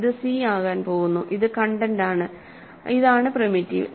ഇത് സി ആകാൻ പോകുന്നു ഇത് കണ്ടെന്റ് ആണ് ഇതാണ് പ്രിമിറ്റീവ്